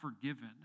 forgiven